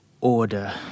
order